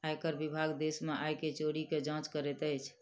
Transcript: आयकर विभाग देश में आय के चोरी के जांच करैत अछि